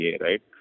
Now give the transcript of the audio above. right